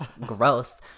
gross